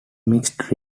mixed